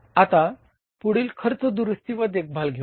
आता पुढील खर्च दुरुस्ती व देखभाल घेऊया